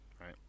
right